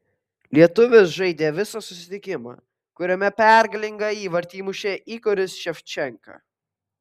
lietuvis žaidė visą susitikimą kuriame pergalingą įvartį įmušė igoris ševčenka